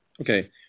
Okay